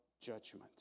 judgment